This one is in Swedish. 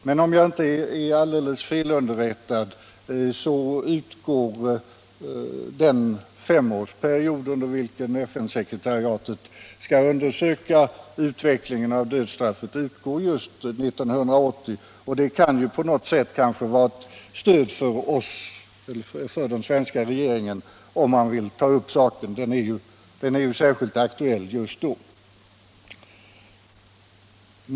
Men om jag inte är felunderrättad, utgår den femårsperiod under vilken FN-sekretariatet skall undersöka utvecklingen av dödsstraffet, just 1980, och det kanske på något sätt kan vara ett stöd för den svenska regeringen, om den vill ta upp saken. Frågan är ju särskilt aktuell just då.